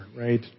right